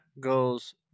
goes